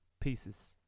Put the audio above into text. pieces